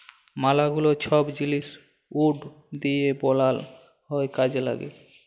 ম্যালা গুলা ছব জিলিস উড দিঁয়ে বালাল হ্যয় কাজে ল্যাগে